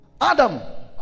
adam